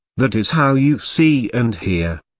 that is how you see and hear.